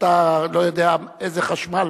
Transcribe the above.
אתה לא יודע איזה חשמל